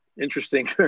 interesting